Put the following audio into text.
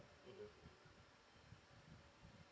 mmhmm